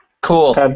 Cool